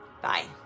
Bye